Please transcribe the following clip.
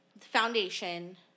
foundation